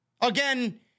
Again